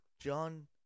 John